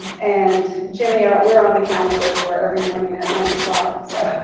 and jimmy, ah we're on the calendar for every morning at nine o'clock, so,